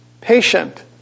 patient